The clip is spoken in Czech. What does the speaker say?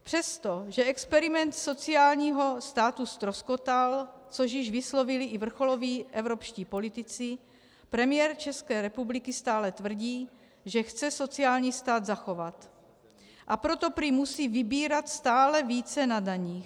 Přestože experiment sociálního státu ztroskotal, což již vyslovili i vrcholoví evropští politici, premiér České republiky stále tvrdí, že chce sociální stát zachovat, a proto prý musí vybírat stále více na daních.